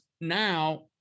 now